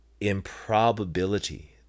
improbability